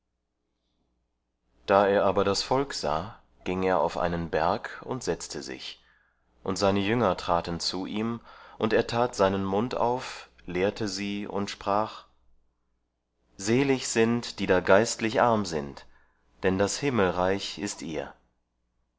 da er aber das volk sah ging er auf einen berg und setzte sich und seine jünger traten zu ihm und er tat seinen mund auf lehrte sie und sprach selig sind die da geistlich arm sind denn das himmelreich ist ihr